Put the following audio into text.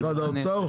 הנוסח.